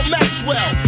Maxwell